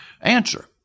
answer